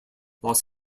los